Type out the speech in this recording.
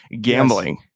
gambling